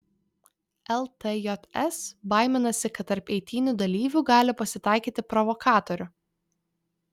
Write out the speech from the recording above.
ltjs baiminasi kad tarp eitynių dalyvių gali pasitaikyti provokatorių